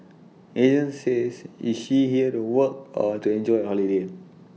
agent says is she here to work or to enjoy A holiday